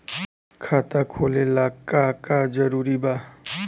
खाता खोले ला का का जरूरी बा?